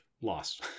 Lost